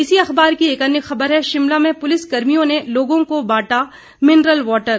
इसी अखबार की एक अन्य खबर है शिमला में पुलिस कर्मियों ने लोगों को बांटा मिनरल वाटर